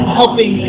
helping